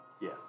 Yes